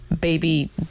baby